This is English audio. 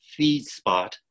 Feedspot